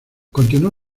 continuó